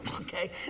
Okay